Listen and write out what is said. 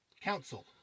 Council